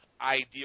ideal